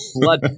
blood